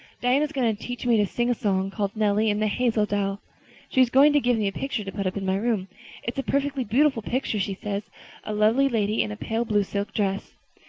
diana is going to teach me to sing a song called nelly in the hazel dell she's going to give me a picture to put up in my room it's a perfectly beautiful picture, she says a lovely lady in a pale blue silk dress.